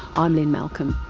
i'm lynne malcolm.